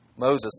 Moses